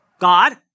God